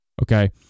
Okay